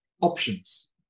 options